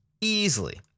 easily